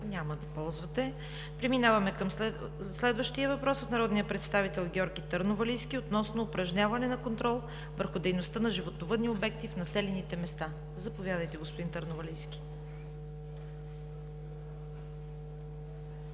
Няма да ползвате. Преминаваме към следващия въпрос от народния представител Георги Търновалийски, относно упражняване на контрол върху дейността на животновъдните обекти в населените места. Заповядайте, господин Търновалийски.